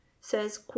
says